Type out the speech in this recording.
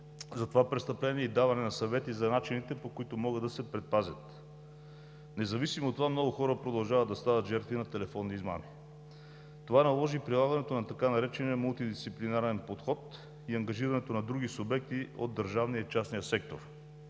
за това престъпление и даване на съвети за начините, по които могат да се предпазят. Независимо от това много хора продължават да стават жертви на телефонни измами. Това наложи прилагането на така наречения мултидисциплинарен подход и ангажирането на други субекти от държавния и частния сектор.